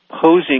posing